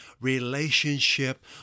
relationship